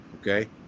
okay